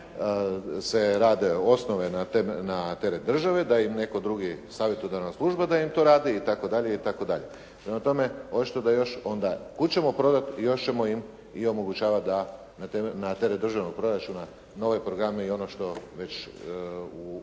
da se rade osnove na teret države, da im netko drugi, savjetodavna služba da im to radi itd. Prema tome, očito da još onda. Kud ćemo prodati i još ćemo im i omogućavati da na teret državnog proračuna nove programe i ono što već u